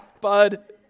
bud